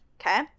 Okay